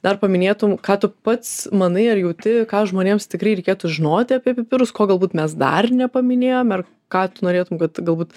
dar paminėtum ką tu pats manai ar jauti ką žmonėms tikrai reikėtų žinoti apie pipirus ko galbūt mes dar nepaminėjom ar ką tu norėtum kad galbūt